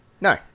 No